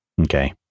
Okay